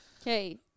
Okay